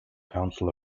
council